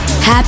Happy